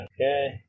Okay